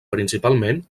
principalment